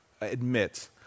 admit